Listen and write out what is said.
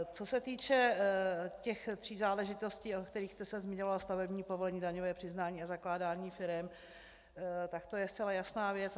Co se týče těch tří záležitostí, o kterých jste se zmiňoval, stavební povolení, daňové přiznání a zakládání firem, to je zcela jasná věc.